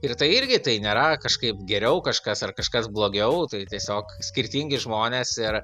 ir tai irgi tai nėra kažkaip geriau kažkas ar kažkas blogiau tai tiesiog skirtingi žmonės ir